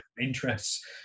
interests